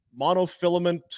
monofilament